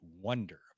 wonder